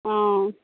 অঁ